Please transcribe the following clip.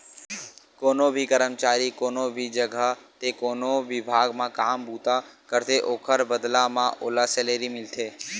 कोनो भी करमचारी कोनो भी जघा ते कोनो बिभाग म काम बूता करथे ओखर बदला म ओला सैलरी मिलथे